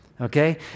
Okay